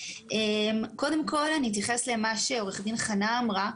קודם כל אתייחס למה שעו"ד חנה אמרה.